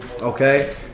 Okay